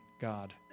God